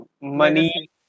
money